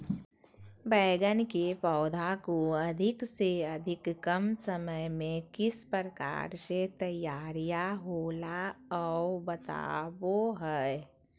बैगन के पौधा को अधिक से अधिक कम समय में किस प्रकार से तैयारियां होला औ बताबो है?